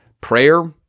prayer